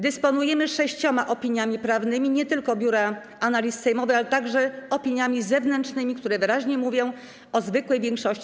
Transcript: Dysponujemy sześcioma opiniami prawnymi, nie tylko Biura Analiz Sejmowych, ale także opiniami zewnętrznymi, które wyraźnie mówią o zwykłej większości.